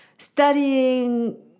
studying